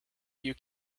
you